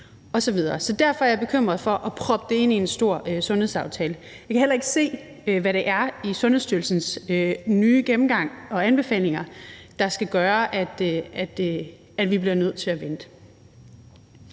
Så derfor er jeg bekymret for at proppe det ind i en stor sundhedsaftale. Jeg kan heller ikke se, hvad det er i Sundhedsstyrelsens nye gennemgang og anbefalinger, der skal gøre, at vi bliver nødt til at vente.